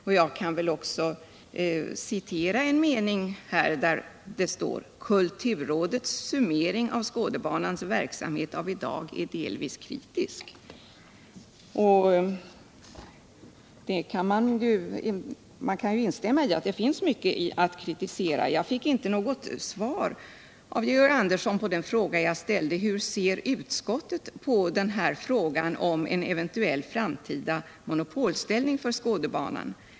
Låt mig också citera en mening ur betänkandet: ”Kulturrådets summering av Skådebanans verksamhet av idag är delvis kritisk.” Man kan instämma i att det finns mycket att kritisera. Jag fick inte något svar av Georg Andersson på min fråga hur utskottet ser på frågan om en eventuell framtida monopolställning för Skådebanan.